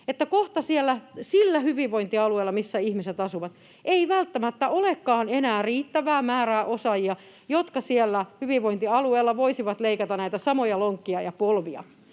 kohta sillä hyvinvointialueella, missä ihmiset asuvat, ei välttämättä olekaan enää riittävää määrää osaajia, jotka siellä hyvinvointialueella voisivat leikata näitä samoja lonkkia ja polvia.